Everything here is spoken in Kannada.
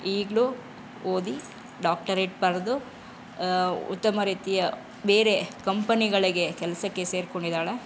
ಈಗಲೂ ಓದಿ ಡಾಕ್ಟರೇಟ್ ಪಡೆದು ಉತ್ತಮ ರೀತಿಯ ಬೇರೆ ಕಂಪನಿಗಳಿಗೆ ಕೆಲಸಕ್ಕೆ ಸೇರಿಕೊಂಡಿದ್ದಾಳೆ